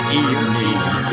evening